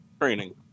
training